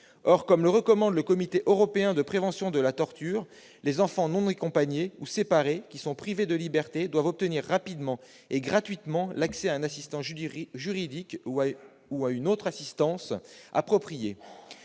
Or, comme le recommande le Comité européen pour la prévention de la torture, « les enfants non accompagnés ou séparés qui sont privés de liberté doivent obtenir rapidement et gratuitement l'accès à une assistance juridique, ou à une autre assistance appropriée,